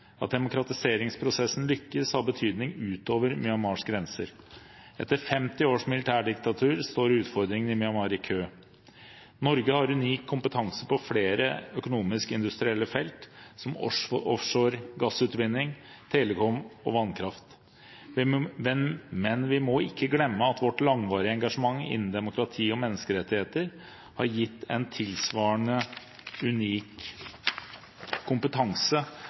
At demokratiseringsprosessen lykkes, har betydning ut over Myanmars grenser. Etter 50 års militærdiktatur står utfordringene i Myanmar i kø. Norge har unik kompetanse på flere økonomiske/industrielle felt, som offshore gassutvinning, telekom og vannkraft, men vi må ikke glemme at vårt langvarige engasjement innen demokrati og menneskerettigheter har gitt en tilsvarende unik kompetanse,